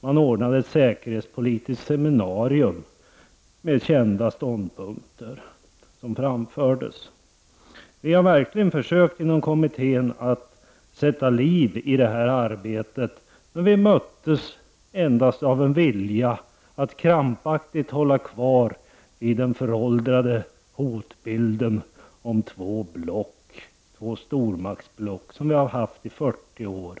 Man ordnade ett säkerhetspolitiskt seminarium där kända ståndpunkter framfördes. Vi har verkligen försökt att inom kommittén sätta liv i detta arbete, men vi möttes endast av en vilja att krampaktigt hålla fast vid den föråldrade hotbilden om två stormaktsblock, som vi har haft i 40 år.